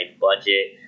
budget